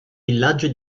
villaggio